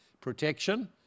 Protection